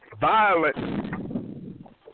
violent